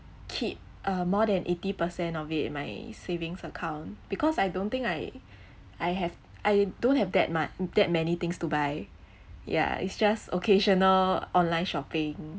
keep uh more than eighty percent of it in my savings account because I don't think I I have I don't have that much that many things to buy yeah it's just occasional online shopping